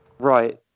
Right